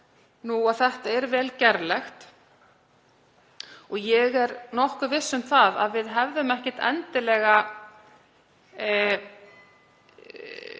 nú að það er vel gerlegt. Ég er nokkuð viss um að við hefðum ekkert endilega